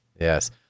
Yes